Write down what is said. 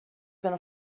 going